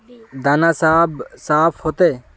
दाना सब साफ होते?